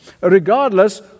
regardless